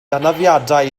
anafiadau